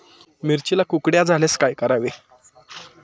मिरचीला कुकड्या झाल्यास काय करावे?